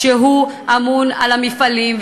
כי הוא אמון על המפעלים,